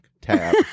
Tab